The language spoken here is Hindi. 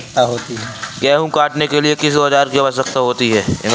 गेहूँ काटने के लिए किस औजार की आवश्यकता होती है?